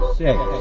six